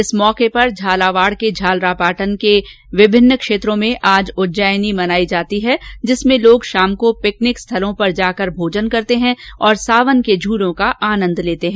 इस अवसर पर झालावाड़ के झालरापाटन के विभिन्न क्षेत्रों में आज उज्जैयानी मनाई जाती है जिसमें लोग शाम को पिकनिक स्थलों पर जाकर भोजन करते हैं और सावन के झूलों का आनन्द लेते है